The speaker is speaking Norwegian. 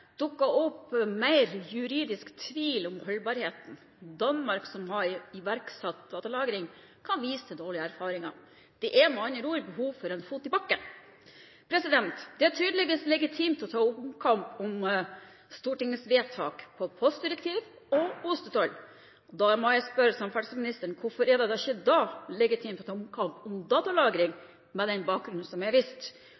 dukket opp mer juridisk tvil om holdbarheten. Danmark, som har iverksatt datalagring, kan vise til dårlige erfaringer. Det er med andre ord behov for å sette en fot i bakken. Det er tydeligvis legitimt å ta omkamp om Stortingets vedtak til postdirektiv og ostetoll. Jeg må derfor spørre samferdselsministeren hvorfor det ikke da er legitimt å ta omkamp om datalagring